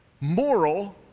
moral